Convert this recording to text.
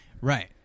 Right